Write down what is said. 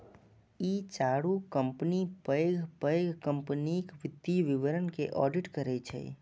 ई चारू कंपनी पैघ पैघ कंपनीक वित्तीय विवरण के ऑडिट करै छै